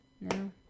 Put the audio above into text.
No